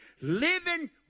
living